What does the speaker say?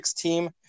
team